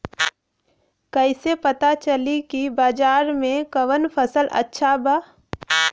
कैसे पता चली की बाजार में कवन फसल अच्छा बा?